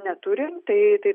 neturim tai tai